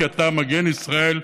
כי אתה מגן ישראל,